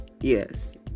yes